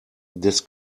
des